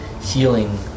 healing